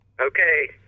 Okay